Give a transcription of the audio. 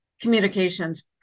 communications